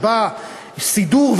של סידור,